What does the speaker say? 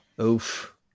Oof